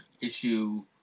issue